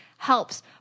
helps